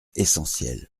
essentielle